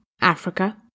Africa